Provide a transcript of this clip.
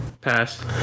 pass